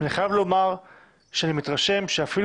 אני חייב לומר שאני מתרשם שאפילו